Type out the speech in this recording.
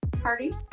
party